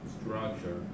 structure